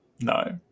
No